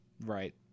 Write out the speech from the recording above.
Right